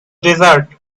desert